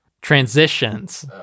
Transitions